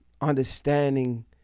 understanding